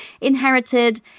inherited